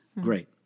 Great